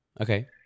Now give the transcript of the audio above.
Okay